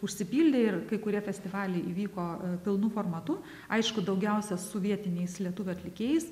užsipildė ir kai kurie festivaliai įvyko pilnu formatu aišku daugiausia su vietiniais lietuvių atlikėjais